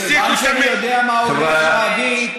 מכיוון שאני יודע מה הוא הולך להגיד,